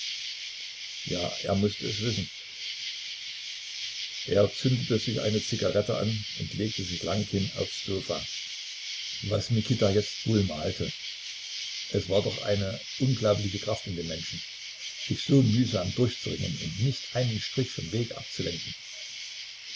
ja er mußte es wissen er zündete sich eine zigarette an und legte sich lang hin aufs sofa was mikita jetzt wohl malte es war doch eine unglaubliche kraft in dem menschen sich so mühsam durchzuringen und nicht einen strich vom wege abzulenken